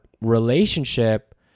relationship